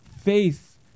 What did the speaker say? faith